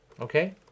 Okay